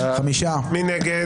מי נגד?